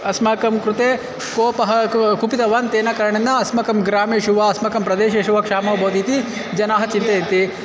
अस्माकं कृते कोपः कुपितवान् तेन कारणेन अस्माकं ग्रामेषु वा अस्माकं प्रदेशेषु वा क्षामः भवति इति जनाः चिन्तयन्ति